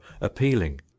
appealing